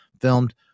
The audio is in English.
filmed